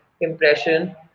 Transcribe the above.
impression